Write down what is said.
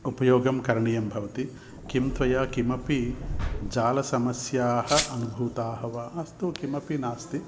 उपयोगः करणीयः भवति किं त्वया किमपि जालसमस्याः अनुभूताः वा अस्तु किमपि नास्ति